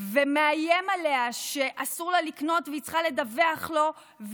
ומאיים עליה שאסור לה לקנות והיא צריכה לדווח לו,